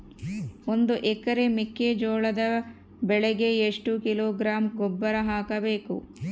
ಒಂದು ಎಕರೆ ಮೆಕ್ಕೆಜೋಳದ ಬೆಳೆಗೆ ಎಷ್ಟು ಕಿಲೋಗ್ರಾಂ ಗೊಬ್ಬರ ಹಾಕಬೇಕು?